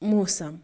مُوسم